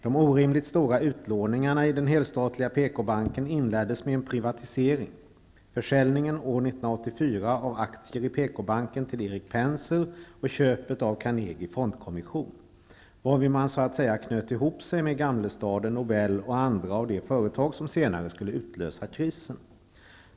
De orimligt stora utlåningarna i helstatliga PKbanken inleddes med en privatisering, försäljningen år 1984 av aktier i Fondkommission, varvid man så att säga knöt ihop sig med Gamlestaden, Nobel och andra av de företag som senare skulle utlösa krisen.